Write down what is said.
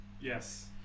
Yes